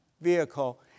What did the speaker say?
vehicle